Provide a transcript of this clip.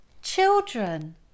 children